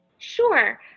Sure